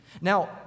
Now